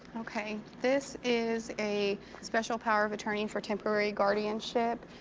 okay. this is a special power of attorney for temporary guardianship.